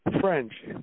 French